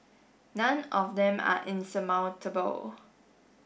none of them are insurmountable